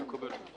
אני מקבל.